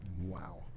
Wow